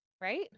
right